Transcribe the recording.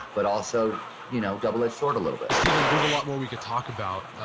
but also you know double-edged sword a little bit steven, there's a lot more we could talk about.